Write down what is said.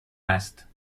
است